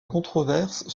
controverse